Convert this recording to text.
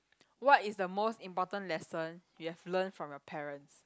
what is the most important lesson you have learnt from your parents